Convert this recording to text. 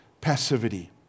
passivity